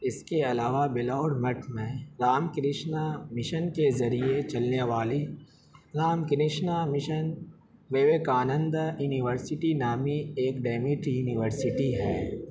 اس کے علاوہ بیلور مٹھ میں رام کرشنا مشن کے ذریعے چلنے والی Ramakrishna mission Vivekananda university نامی ایک ڈیمٹ یونیورسٹی ہے